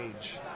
age